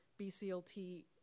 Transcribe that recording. BCLT